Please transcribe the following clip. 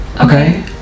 Okay